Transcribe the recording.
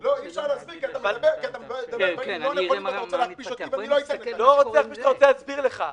אל תגיד לי חיילים כי אני יותר ממך רוצה לדאוג לחיילים.